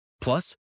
Plus